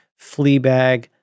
Fleabag